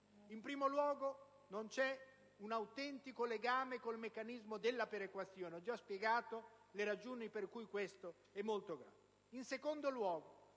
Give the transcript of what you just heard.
In primo luogo, non c'è un autentico legame con il meccanismo della perequazione ed ho già spiegato le ragioni per cui questo è molto grave.